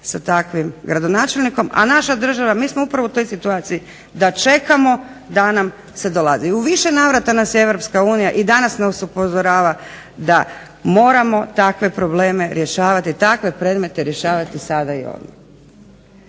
sa takvim gradonačelnikom? A naša država, mi smo upravo u toj situaciji, da čekamo da nam se …/Ne razumije se./…. U više navrata nas je Europska unija i danas nas upozorava da moramo takve probleme rješavati, takve predmete rješavati sada i ovdje.